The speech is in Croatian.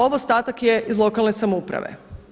Ovo ostatak je iz lokalne samouprave.